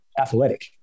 athletic